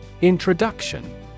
Introduction